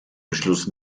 beschluss